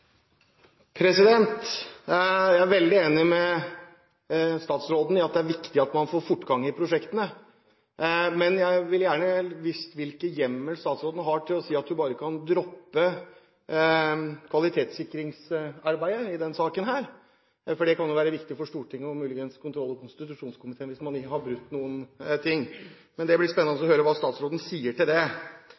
å si at hun bare kan droppe kvalitetssikringsarbeidet i denne saken, for det kan jo være viktig for Stortinget – og muligens kontroll- og konstitusjonskomiteen – hvis man har brutt noe. Men det blir spennende å høre hva statsråden sier om det. Så synes jeg det er spesielt at statsråden sier at dette er utredet godt og grundig, når man ser at det er en pengegalopp uten like. Fra 2008 og fram til i dag er det